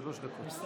שלוש דקות.